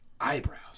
eyebrows